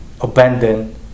abandon